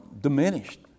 diminished